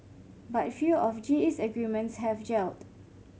but few of G E's agreements have gelled